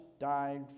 died